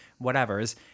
whatever's